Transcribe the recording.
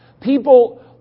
People